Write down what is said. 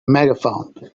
megaphone